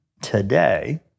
today